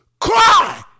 Cry